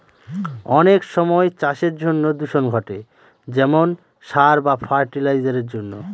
অনেক সময় চাষের জন্য দূষণ ঘটে যেমন সার বা ফার্টি লাইসারের জন্য